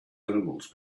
animals